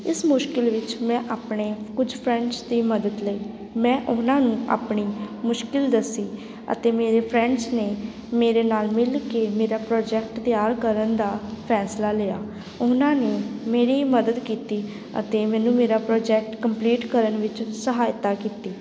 ਇਸ ਮੁਸ਼ਕਲ ਵਿੱਚ ਮੈਂ ਆਪਣੇ ਕੁਝ ਫਰੈਂਡਸ ਦੀ ਮਦਦ ਲਈ ਮੈਂ ਉਹਨਾਂ ਨੂੰ ਆਪਣੀ ਮੁਸ਼ਕਲ ਦੱਸੀ ਅਤੇ ਮੇਰੇ ਫਰੈਂਡਸ ਨੇ ਮੇਰੇ ਨਾਲ ਮਿਲ ਕੇ ਮੇਰਾ ਪ੍ਰੋਜੈਕਟ ਤਿਆਰ ਕਰਨ ਦਾ ਫੈਸਲਾ ਲਿਆ ਉਹਨਾਂ ਨੇ ਮੇਰੀ ਮਦਦ ਕੀਤੀ ਅਤੇ ਮੈਨੂੰ ਮੇਰਾ ਪ੍ਰੋਜੈਕਟ ਕੰਪਲੀਟ ਕਰਨ ਵਿੱਚ ਸਹਾਇਤਾ ਕੀਤੀ